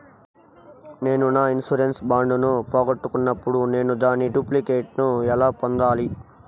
నేను నా insurance bond ను పోగొట్టుకున్నప్పుడు నేను దాని డూప్లికేట్ ను ఎలా పొందాలి?